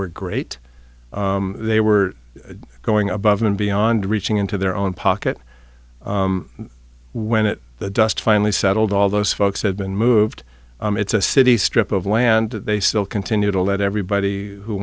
were great they were going above and beyond reaching into their own pocket when it the dust finally settled all those folks had been moved it's a city's strip of land they still continue to let everybody who